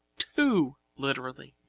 too literally.